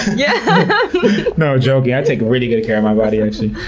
yeah no, joking. i take really good care of my body, actually.